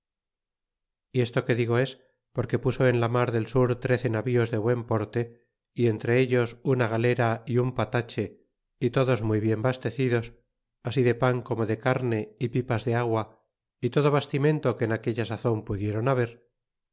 y esto que digo es porque puso en amar del sur trece navíos de buen porte y entre ellos una galera y un patache y todos muy bien bastecidos así de pan como de carne y pipas de agua y todo bastimento que en aquella sazon pudieron haber